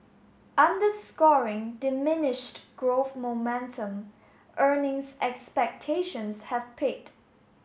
underscoring diminished growth momentum earnings expectations have peaked